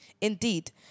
Indeed